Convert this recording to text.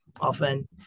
often